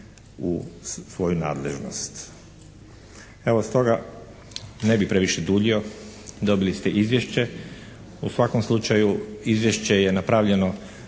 U svakom slučaju izvješće je napravljeno